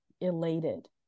elated